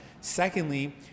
Secondly